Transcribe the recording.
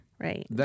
Right